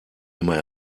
immer